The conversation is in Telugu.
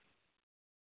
బిల్ ఎంత అవుతుంది